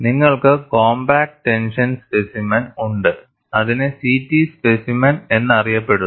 നിങ്ങൾക്ക് compact tension specimen ഉണ്ട് അതിനെ CT സ്പെസിമെൻ എന്നറിയപ്പെടുന്നു